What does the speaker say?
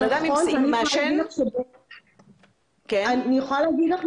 בן אדם מעשן --- אני יכולה להגיד לך,